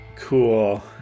Cool